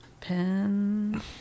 Pen